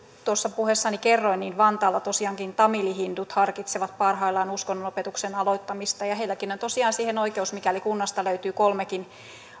tuossa puheessani kerroin niin vantaalla tosiaankin tamili hindut harkitsevat parhaillaan uskonnonopetuksen aloittamista ja ja heilläkin on tosiaan siihen oikeus mikäli kunnasta löytyy kolmekin